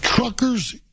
Truckers